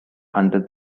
under